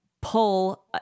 pull